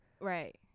right